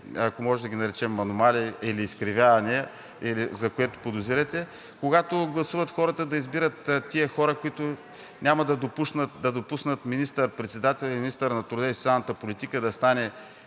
ако можем да ги наречем аномалии или изкривяване, за което подозирате, когато гласуват хората, за да избират тези хора, които няма да допуснат министър-председател или министър на труда и социалната политика да стане